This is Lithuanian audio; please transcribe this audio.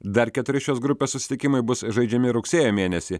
dar keturi šios grupės susitikimai bus žaidžiami rugsėjo mėnesį